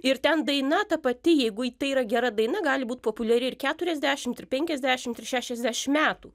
ir ten daina ta pati jeigu tai yra gera daina gali būt populiari ir keturiasdešimt ir ir penkiasdešimt ir šešiasdešim metų